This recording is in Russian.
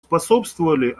способствовали